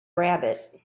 rabbit